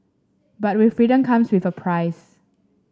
but we freedom comes with a price